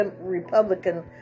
Republican